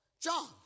John